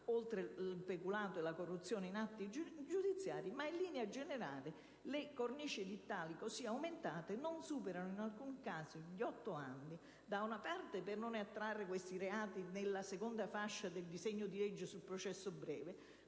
edittale al peculato e alla corruzione in atti giudiziari - ma in linea generale le cornici edittali, così aumentate, non superano in alcun caso gli otto anni; si fa ciò, da una parte, per non attrarre detti reati nella seconda fascia del disegno di legge sul processo breve